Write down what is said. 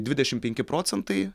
dvidešim penki procentai